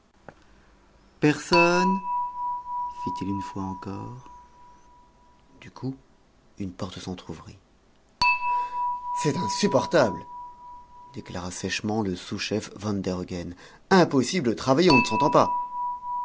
personne fit-il une fois encore du coup une porte s'entrouvrit c'est insupportable déclara sèchement le sous-chef van der hogen impossible de travailler on ne s'entend pas